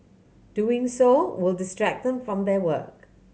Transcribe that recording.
doing so will distract then from their work